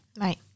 Right